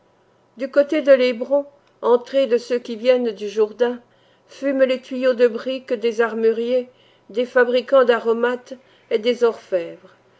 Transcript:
du côté de l'hébron entrée de ceux qui viennent du jourdain fument les tuyaux de brique des armuriers des fabricants d'aromates et